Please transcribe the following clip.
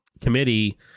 committee